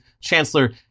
Chancellor